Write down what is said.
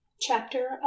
Chapter